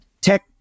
tech